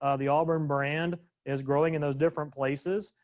ah the auburn brand is growing in those different places.